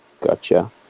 Gotcha